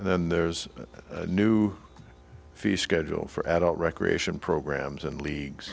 and then there's a new fee schedule for adult recreation programs and leagues